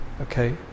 Okay